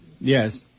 Yes